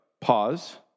pause